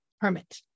hermit